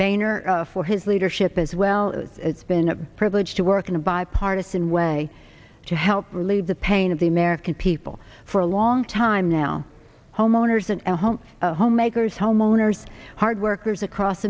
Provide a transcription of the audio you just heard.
boehner for his leadership as well it's been a privilege to work in a bipartisan way to help relieve the pain of the american people for a long time now homeowners and home homemakers homeowners hard workers across